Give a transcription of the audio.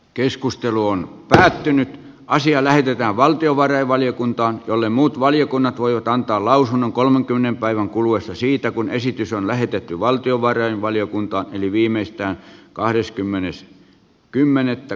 keskustelu on lähtenyt asia lähetetään valtiovarainvaliokuntaan jolle muut valiokunnat voivat antaa lausunnon kolmenkymmenen päivän kuluessa siitä kun esitys on lähetetty valtiovarainvaliokunta eli viimeistään kansallisia päätöksiä